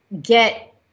get